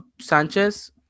sanchez